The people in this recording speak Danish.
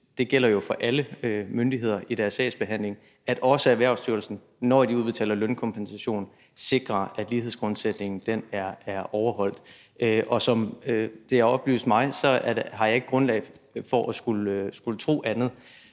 jeg gælder for alle myndigheder i deres sagsbehandling – at også Erhvervsstyrelsen, når de udbetaler lønkompensation, sikrer, at lighedsgrundsætningen er overholdt. Og som det er oplyst mig, har jeg ikke grundlag for at skulle tro andet.